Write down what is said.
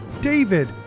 David